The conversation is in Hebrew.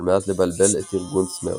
על מנת לבלבל את ארגון "סמרש".